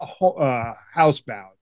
housebound